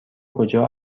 کجا